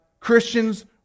Christians